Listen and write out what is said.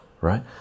right